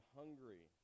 hungry